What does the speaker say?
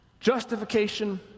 justification